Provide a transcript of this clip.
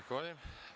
Zahvaljujem.